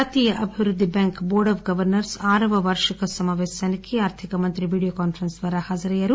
జాతీయ అభివృద్ధి bank board of governors ఆరవ వార్షిక సమాపేశానికి ఆమె వీడియో కాన్ఫరెన్స్ ద్వారా హాజరయ్యారు